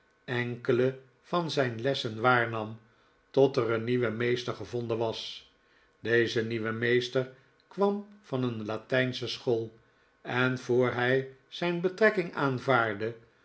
enkele van zijn lessen waarnam tot er een nieuwe meester gevonden was deze nieuwe meester kwam van een latijnsche school en voor hij zijn betrekking aanvaardde